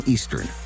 Eastern